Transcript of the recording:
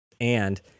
And-